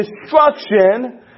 destruction